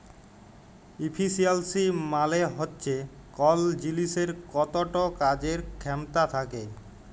ইফিসিয়ালসি মালে হচ্যে কল জিলিসের কতট কাজের খ্যামতা থ্যাকে